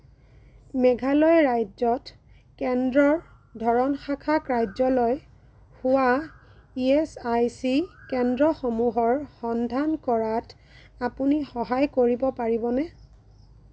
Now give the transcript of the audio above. মেঘালয় ৰাজ্যত কেন্দ্ৰৰ ধৰণ শাখা কাৰ্যালয় হোৱা ইএচআইচি কেন্দ্ৰসমূহৰ সন্ধান কৰাত আপুনি সহায় কৰিব পাৰিবনে